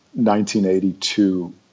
1982